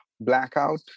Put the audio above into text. blackout